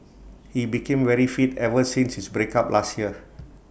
he became very fit ever since his breakup last year